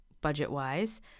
budget-wise